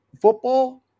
football